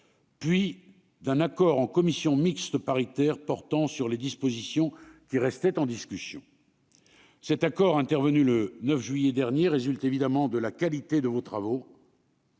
trouvé un accord en commission mixte paritaire sur les dispositions qui restaient en discussion. Cet accord, intervenu le 9 juillet dernier, résulte évidemment de la qualité de vos travaux